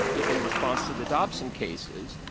in response to the dobson cases,